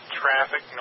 traffic